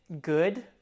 good